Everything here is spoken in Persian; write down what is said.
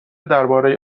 درباره